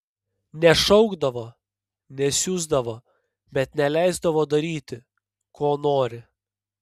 nešaukdavo nesiusdavo bet neleisdavo daryti ko nori